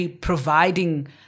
providing